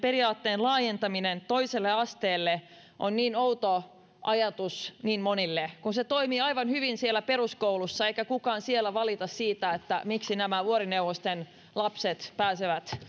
periaatteen laajentaminen toiselle asteelle on niin outo ajatus niin monille kun se toimii aivan hyvin siellä peruskoulussa eikä kukaan siellä valita siitä miksi nämä vuorineuvosten lapset pääsevät